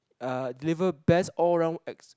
uh deliver best all round X~